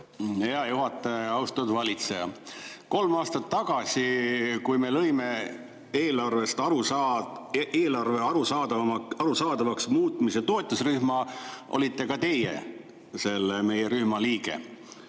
Hea juhataja! Austatud valitseja! Kolm aastat tagasi, kui me lõime eelarve arusaadavaks muutmise toetusrühma, olite ka teie meie rühma liige,